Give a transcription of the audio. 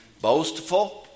Boastful